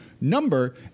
number